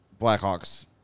Blackhawks